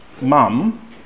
Mum